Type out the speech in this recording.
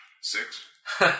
Six